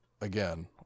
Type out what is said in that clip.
again